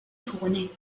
tourné